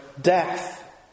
death